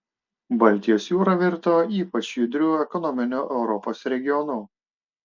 baltijos jūra virto ypač judriu ekonominiu europos regionu